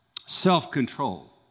self-control